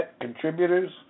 contributors